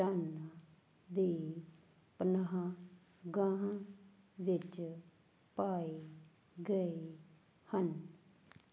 ਚੱਟਾਨ ਦੇ ਪਨਾਹਗਾਹਾਂ ਵਿੱਚ ਪਾਏ ਗਏ ਹਨ